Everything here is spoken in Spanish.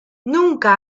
nunca